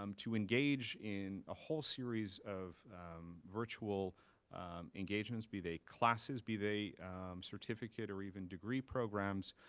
um to engage in a whole series of virtual engagements, be they classes, be they certificate, or even degree programs,